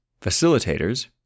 Facilitators